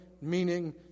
meaning